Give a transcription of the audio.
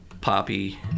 poppy